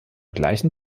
gleichen